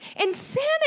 insanity